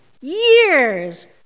Years